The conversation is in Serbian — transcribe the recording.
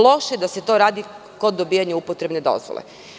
Loše da se to radi kod dobijanje upotrebne dozvole.